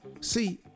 See